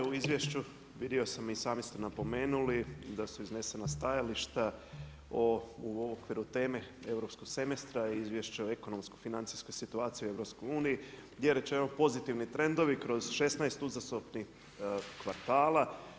U izvješću vidio sam i sami ste napomenuli da su iznesena stajališta u okviru teme europskog semestra i izvješća o ekonomsko-financijskoj situaciji u EU gdje je rečeno pozitivni trendovi kroz 16 uzastopnih kvartala.